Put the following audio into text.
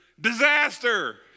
disaster